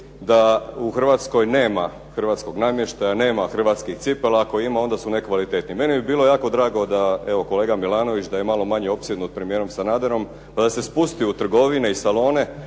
da u Hrvatskoj nema hrvatskog namještaja, nema hrvatskih cipela a ako ima onda su nekvalitetni. Meni bi bilo jako drago evo kolega Milanović da je malo manje opsjednut premijerom Sanaderom pa da se spusti u trgovine i salone